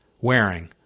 wearing